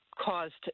caused